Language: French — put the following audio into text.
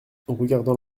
regardant